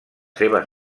seves